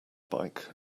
bike